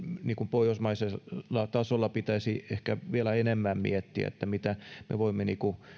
pohjoismaisella tasolla pitäisi ehkä vielä enemmän miettiä että mitä me voimme